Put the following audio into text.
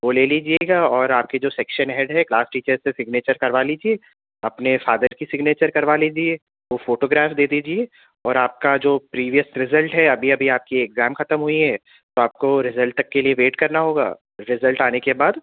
وہ لے لیجیے گا اور آپ کے جو سیکشن ہیڈ ہے کلاس ٹیچر سے سگنیچر کروا لیجیے اپنے فادر کی سگنیچر کروا لیجیے دو فوٹو گراف دے دیجیے اور آپ کا جو پریویس ریزلٹ ہے ابھی ابھی آپ کی ایگزام ختم ہوئی ہیں تو آپ کو ریزلٹ تک کے لیے ویٹ کرنا ہوگا ریزلٹ آنے کے بعد